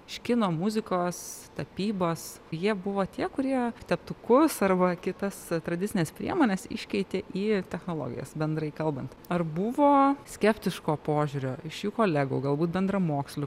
iš kino muzikos tapybos jie buvo tie kurie teptukus arba kitas tradicines priemones iškeitė į technologijas bendrai kalbant ar buvo skeptiško požiūrio iš jų kolegų galbūt bendramokslių